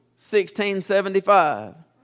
1675